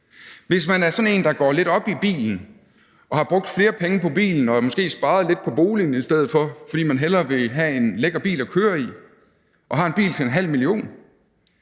Hvis man er sådan en, der går lidt op i bilen og har brugt flere penge på bilen og måske sparet lidt på boligen i stedet for, fordi man hellere vil have en lækker bil at køre i, og har en bil til 500.000 kr.,